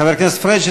חבר הכנסת פריג',